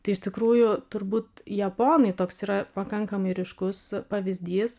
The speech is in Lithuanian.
tai iš tikrųjų turbūt japonai toks yra pakankamai ryškus pavyzdys